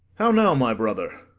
how now, my brother!